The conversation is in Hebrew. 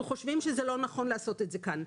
אנחנו חושבים שלא נכון לעשות את זה כאן.